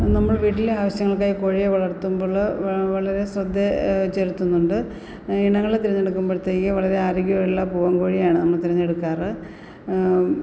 നമ്മൾ വീട്ടിലേ ആവശ്യങ്ങൾക്കായി കോഴിയേ വളർത്തുമ്പോൾ വളരെ ശ്രദ്ധ ചെലത്തുന്നുണ്ട് ന്നൊണ്ട് ഇണകളേ തിരഞ്ഞെടുക്കുമ്പോഴത്തേക്ക് വളരെ ആരോഗ്യമുള്ള പൂവൻ കോഴിയേയാണ് നമ്മള് തിരഞ്ഞെടുക്കാറ്